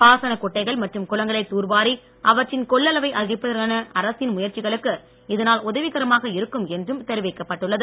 பாசனக் குட்டைகள் மற்றும் குளங்களை தூர்வாரி அவற்றின் கொள்ளளவை அதிகரிப்பதற்கான அரசின் முயற்சிகளுக்கு இதனால் உதவிகரமாக இருக்கும் என்றும் தெரிவிக்கப்பட்டுள்ளது